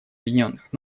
объединенных